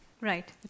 Right